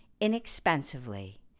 inexpensively